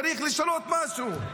צריך לשנות משהו.